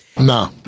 no